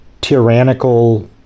tyrannical